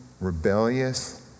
rebellious